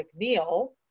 McNeil